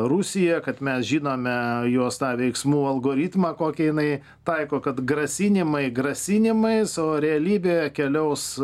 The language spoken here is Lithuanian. rusiją kad mes žinome jos tą veiksmų algoritmą kokį jinai taiko kad grasinimai grasinimais o realybė keliaus